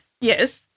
Yes